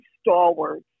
stalwarts